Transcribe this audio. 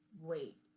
wait